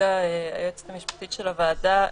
שהציגה היועצת המשפטית של הוועדה,